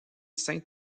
saint